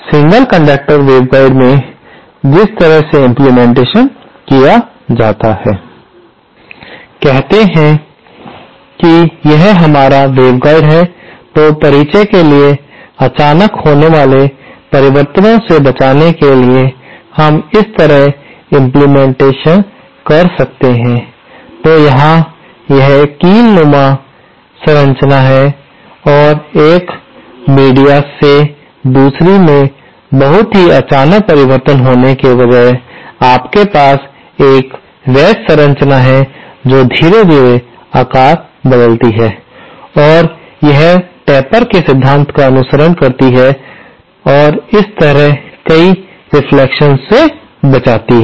single conductor waveguide में जिस तरह से इम्प्लीमेंटेशन किया जाता है कहते हैं कि यह हमारा वेवगाइड है तो परिचय के लिए अचानक होने वाले परिवर्तनों से बचने के लिए हम इस तरह इम्प्लीमेंटेशन कर सकते हैं तो यहां यह एक कील नुमा वैज शिफ्ट संरचना है और एक मीडिया से दूसरी में बहुत ही अचानक परिवर्तन होने के बजाय आपके पास एक वैज संरचना है जो धीरे धीरे आकार बदलती है और यह टेपर के सिद्धांत का अनुसरण करती है और इसी तरह कई रेफ्लेक्शंस से बचाती है